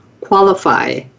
qualify